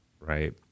right